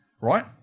right